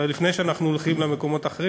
אולי לפני שאנחנו הולכים למקומות אחרים.